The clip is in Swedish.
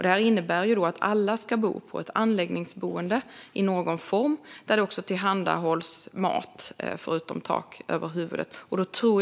Det innebär att alla ska bo på ett anläggningsboende i någon form där det förutom tak över huvudet också tillhandahålls mat.